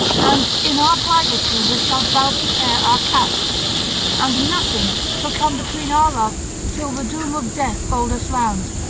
and in our bridal chamber shalt thou prepare our couch and nothing shall come between our love till the doom of death fold us round.